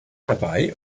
dabei